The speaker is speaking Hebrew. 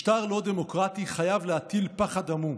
משטר לא דמוקרטי חייב להטיל פחד עמום,